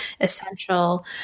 essential